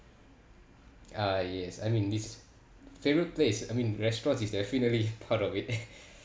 uh yes I mean this favourite place I mean restaurants is definitely part of it